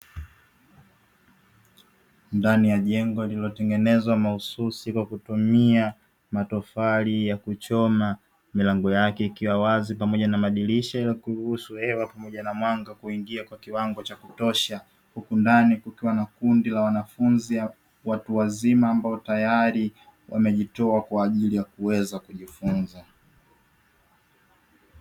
Ndani ya jengo lililotengenezwa mahsusi kwa kutumia matofali ya kuchoma milango yake ikiwa wazi pamoja na madirisha ya kuruhusu hewa pamoja na mwanga kuingia kwa kiwango cha kutosha huku ndani kukiwa na kundi la wanafunzi watu wazima ambao tayari wamejitoa kwa ajili ya kuweza kujifunza.